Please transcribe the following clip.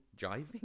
jiving